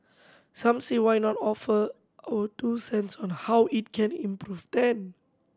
some say why not offer our two cents on how it can improve then